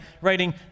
writing